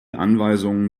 anweisungen